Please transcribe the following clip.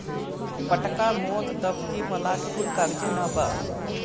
पतर्का, मोट, दफ्ती, मलाट कुल कागजे नअ बाअ